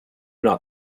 not